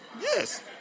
yes